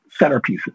centerpieces